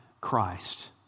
Christ